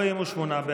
הצבעה.